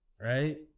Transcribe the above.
right